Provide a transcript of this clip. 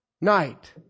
night